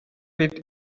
with